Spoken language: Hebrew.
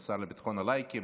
או השר לביטחון הלייקים,